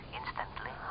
instantly